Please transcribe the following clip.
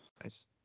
Nice